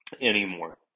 anymore